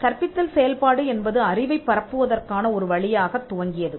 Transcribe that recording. கற்பித்தல் செயல்பாடு என்பது அறிவைப் பரப்புவதற்கான ஒருவழியாகத் துவங்கியது